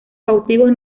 cautivos